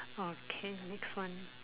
okay next one